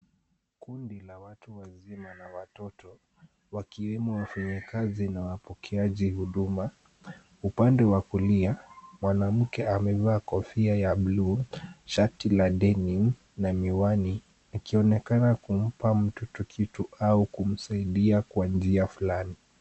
Kundi la watu wazima na watoto wakiwemo wafanyikazi na wapokeaji huduma. Upande wa kulia mwanamke amenunua kofaa ya blue shati la dinning na miwani, akionekana kumpa mtoto kitu au kumusaidia kwa njia fulani.